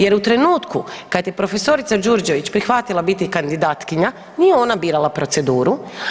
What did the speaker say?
Jer u trenutku kada je profesorica Đurđević prihvatila biti kandidatkinja nije ona birala proceduru.